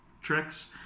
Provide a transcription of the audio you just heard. tricks